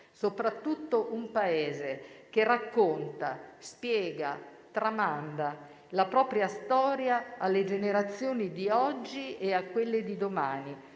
Soprattutto un Paese che racconta, spiega, tramanda la propria storia alle generazioni di oggi e a quelle di domani,